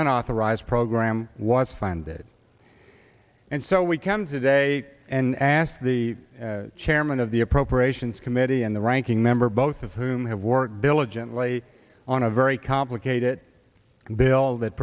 unauthorized program was funded and so we can today and asked the chairman of the appropriations committee and the ranking member both of whom have worked diligently on a very complicated bill that